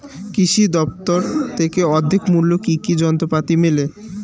কৃষি দফতর থেকে অর্ধেক মূল্য কি কি যন্ত্রপাতি মেলে?